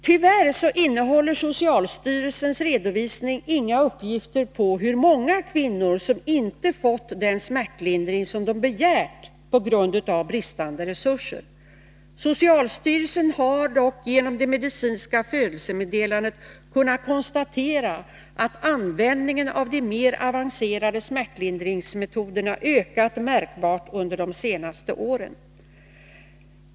Tyvärr innehåller socialstyrelsens redovisning inga uppgifter om hur många kvinnor som på grund av brist på resurser inte har fått den smärtlindring som de begärt. Socialstyrelsen har dock genom det medicinska födelsemeddelandet kunnat konstatera att användningen av de mer avancerade smärtlindringsmetoderna ökat märkbart under de senaste åren.